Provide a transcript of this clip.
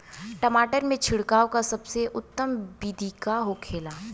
टमाटर में छिड़काव का सबसे उत्तम बिदी का होखेला?